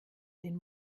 den